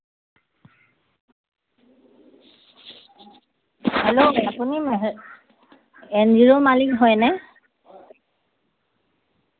hello আপুনি N G অ'ৰ মালিক হয়নে